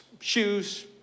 Shoes